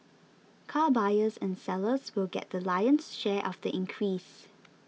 car buyers and sellers will get the lion's share of the increase